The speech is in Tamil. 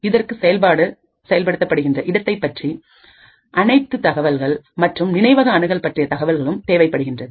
இதற்குசெயல்பாடு செயல்படுத்தப்படுகின்றன இடத்தைப் பற்றிய தகவல்மற்றும் நினைவக அணுகல் பற்றிய தகவல்களும் தேவைப்படுகின்றது